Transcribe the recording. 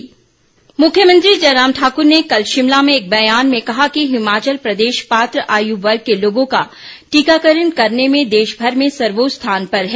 ट्टीकाकरण मुख्यमंत्री जय राम ठाक्र ने कल शिमला में एक बयान में कहा है कि हिमाचल प्रदेश पात्र आयु वर्ग के लोगों का टीकाकरण करने में देश भर में सर्वोच्च स्थान पर है